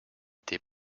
t’es